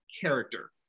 character